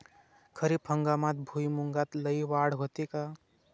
खरीप हंगामात भुईमूगात लई वाढ होते का?